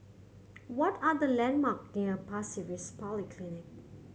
what are the landmark near Pasir Ris Polyclinic